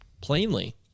plainly